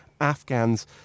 Afghans